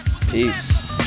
Peace